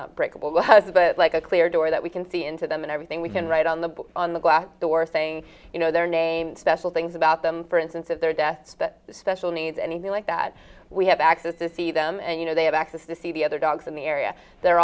but like a clear door that we can see into them and everything we can write on the book on the glass door saying you know they're named things about them for instance that there are deaths that special needs anything like that we have access to see them and you know they have access to see the other dogs in the area they're